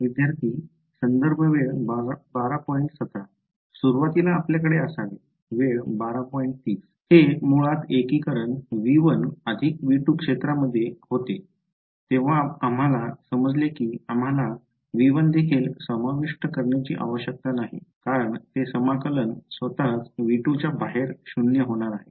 विद्यार्थी सुरुवातीला आपल्याकडे असावे हे मुळात एकीकरण V1 V2 क्षेत्रामध्ये होते तेव्हा आम्हाला समजले की आम्हाला V1 देखील समाविष्ट करण्याची आवश्यकता नाही कारण ते समाकलन स्वतःच V2च्या बाहेर 0 होणार आहे